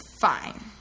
Fine